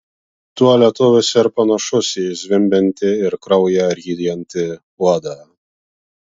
tuo lietuvis ir panašus į zvimbiantį ir kraują ryjantį uodą